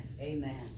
Amen